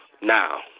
now